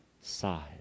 side